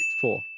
Four